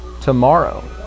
tomorrow